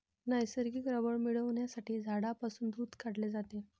नैसर्गिक रबर मिळविण्यासाठी झाडांपासून दूध काढले जाते